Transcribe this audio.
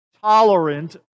tolerant